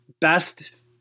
best